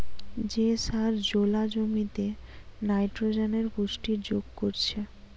যে সার জোলা জমিতে নাইট্রোজেনের পুষ্টি যোগ করছে